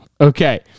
okay